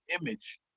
image